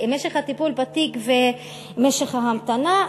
משך הטיפול בתיק ומשך ההמתנה,